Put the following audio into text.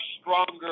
stronger